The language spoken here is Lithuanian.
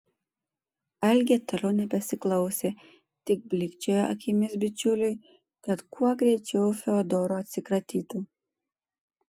algė toliau nebesiklausė tik blykčiojo akimis bičiuliui kad kuo greičiau fiodoru atsikratytų